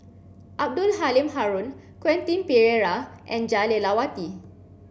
Abdul Halim Haron Quentin Pereira and Jah Lelawati